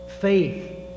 faith